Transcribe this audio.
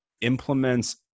implements